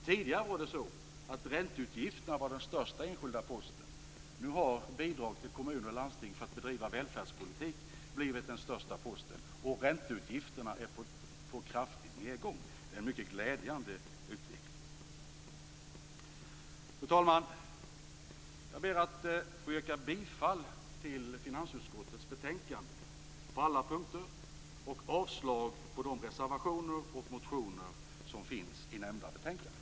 Tidigare var ränteutgifterna den största enskilda posten. Nu har bidrag till kommuner och landsting för bedrivande av välfärdspolitik blivit den största posten, och ränteutgifterna är på kraftig nedgång. Det är en mycket glädjande utveckling. Fru talman! Jag ber att få yrka bifall till finansutskottets hemställan på alla punkter och avslag på de reservationer och motioner som finns i nämnda betänkande.